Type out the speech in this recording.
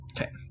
Okay